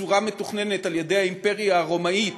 בצורה מתוכננת על-ידי האימפריה הרומית,